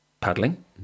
paddling